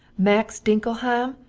max dinkelheim,